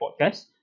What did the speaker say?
podcast